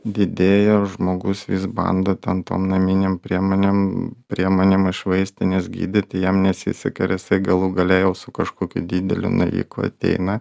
didėja žmogus vis bando ten tom naminėm priemonėm priemonėm iš vaistinės gydyti jam nesiseka ir jisai galų gale jau su kažkokiu dideliu naviku ateina